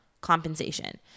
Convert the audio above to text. compensation